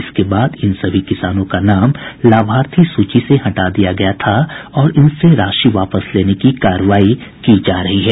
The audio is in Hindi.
इसके बाद इन सभी किसानों का नाम लाभार्थी सूची से हटा दिया गया था और इनसे राशि वापस लेने की कार्रवाई की जा रही है